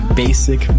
basic